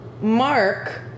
Mark